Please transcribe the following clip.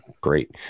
Great